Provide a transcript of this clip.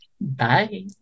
Bye